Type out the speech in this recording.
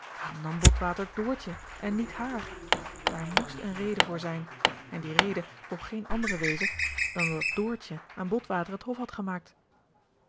waarom nam botwater doortje en niet haar daar moest eene reden voor zijn en die reden kon geen andere wezen dan dat doortje aan botwater het hof had gemaakt